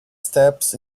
steps